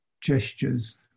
gestures